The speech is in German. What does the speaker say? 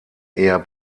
eher